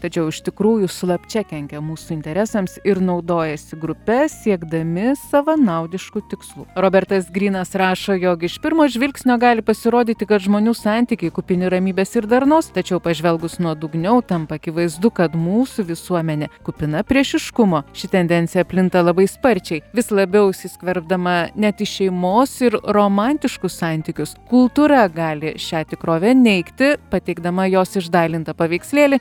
tačiau iš tikrųjų slapčia kenkia mūsų interesams ir naudojasi grupe siekdami savanaudiškų tikslų robertas grynas rašo jog iš pirmo žvilgsnio gali pasirodyti kad žmonių santykiai kupini ramybės ir darnos tačiau pažvelgus nuodugniau tampa akivaizdu kad mūsų visuomenė kupina priešiškumo ši tendencija plinta labai sparčiai vis labiau įsiskverbdama net į šeimos ir romantiškus santykius kultūra gali šią tikrovę neigti pateikdama jos išdailintą paveikslėlį